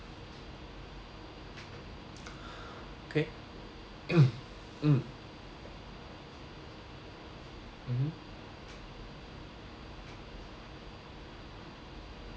okay mm mmhmm